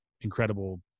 incredible